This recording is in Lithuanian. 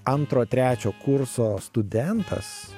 antro trečio kurso studentas